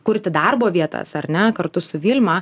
kurti darbo vietas ar ne kartu su vilma